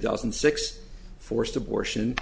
thousand and six forced abortion